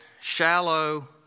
shallow